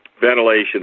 Ventilation